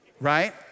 right